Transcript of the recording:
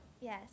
Yes